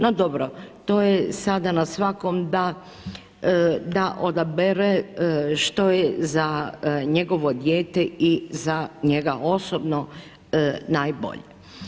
No dobro, to je sada na svakom da odabere što je za njegovo dijete i za njega osobno najbolje.